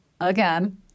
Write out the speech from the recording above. again